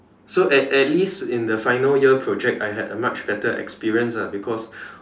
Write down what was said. so at at least in the final year project I had a much better experience ah because